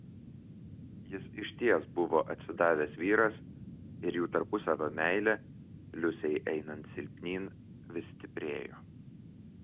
jis išties buvo atsidavęs vyras ir jų tarpusavio meilė liusei einant silpnyn vis stiprėjo